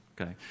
Okay